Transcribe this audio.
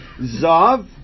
Zav